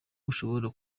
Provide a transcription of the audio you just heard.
ushobora